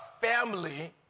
family